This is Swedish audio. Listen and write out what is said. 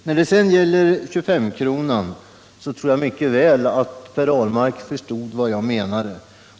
När det sedan gäller frågan om 2S-kronan tror jag att Per Ahlmark mycket väl förstod vad jag menade.